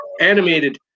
animated